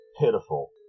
pitiful